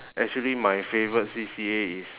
actually my favourite C_C_A is